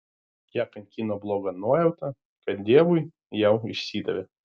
ją kankino bloga nuojauta kad deivui jau išsidavė